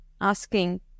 asking